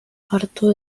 hartu